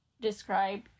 describe